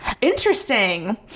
Interesting